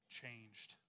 changed